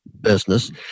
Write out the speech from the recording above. business